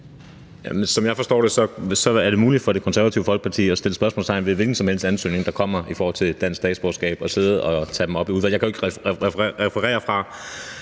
Som jeg forstår det, er det muligt for Det Konservative Folkeparti at sætte spørgsmålstegn ved hvilken som helst ansøgning om dansk statsborgerskab og tage det op i udvalget. Jeg kan jo ikke referere fra,